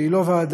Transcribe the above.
שהיא לא ועדת